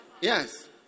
Yes